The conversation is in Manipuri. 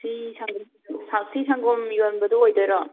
ꯁꯤ ꯁꯥꯎꯠꯀꯤ ꯁꯪꯒꯣꯝ ꯌꯣꯟꯕꯗꯨ ꯑꯣꯏꯗꯣꯏꯔꯣ